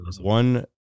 one